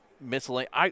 miscellaneous